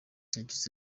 yagize